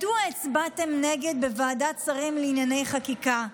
מדוע הצבעתם נגד בוועדת שרים לענייני חקיקה?